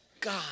God